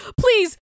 please